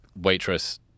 waitress